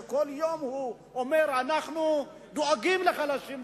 שכל יום הוא אומר: אנחנו דואגים לחלשים,